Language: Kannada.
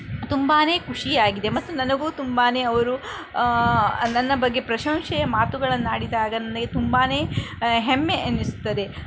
ತುಂಬಾ ಖುಷಿಯಾಗಿದೆ ಮತ್ತು ನನಗೂ ತುಂಬಾ ಅವರು ನನ್ನ ಬಗ್ಗೆ ಪ್ರಶಂಸೆಯ ಮಾತುಗಳನ್ನಾಡಿದಾಗ ನನಗೆ ತುಂಬಾ ಹೆಮ್ಮೆ ಎನಿಸುತ್ತದೆ